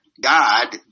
God